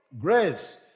grace